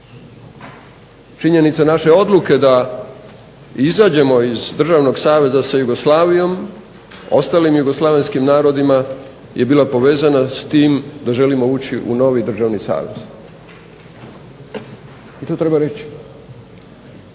Činjenica naše odluke da izađemo iz državnog saveza sa Jugoslavijom i ostalim jugoslavenskim narodima je bila povezana s tim da želimo ući u novi državni savez i to treba reći.